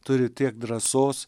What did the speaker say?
turi tiek drąsos